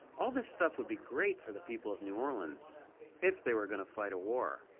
all this stuff would be great for the people of new orleans if they were gonna fight a war.